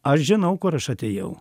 aš žinau kur aš atėjau